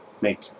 make